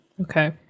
okay